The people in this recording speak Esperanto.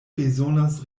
bezonas